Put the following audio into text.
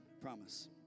promise